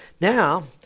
now